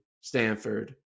Stanford